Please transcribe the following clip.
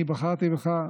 אני בחרתי בך.